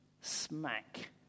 smack